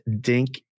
Dink